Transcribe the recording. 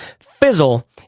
fizzle